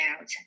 out